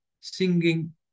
singing